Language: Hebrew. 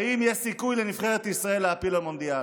האם יש סיכוי לנבחרת ישראל להעפיל למונדיאל?